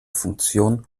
funktion